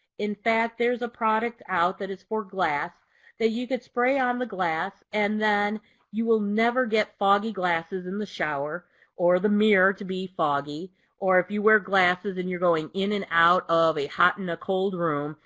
in fact there's a product out that is for glass that you can spray on the glass and then you will never get foggy glasses in the shower or the mirror to be foggy or if you wear glasses and you're going in and out of a hot and a cold room,